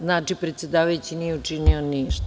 Znači predsedavajući nije učinio ništa.